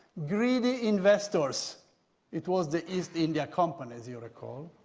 greedy investors it was the east india company as you recall,